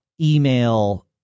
email